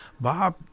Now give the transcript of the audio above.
Bob